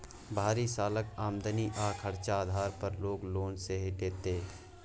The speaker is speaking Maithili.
भरि सालक आमदनी आ खरचा आधार पर लोक लोन सेहो लैतै